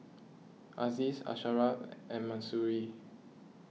Aziz Asharaff and Mahsuri